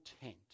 tent